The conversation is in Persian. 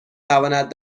تواند